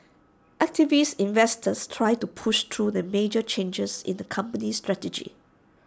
activist investors try to push through the major changes in the company strategy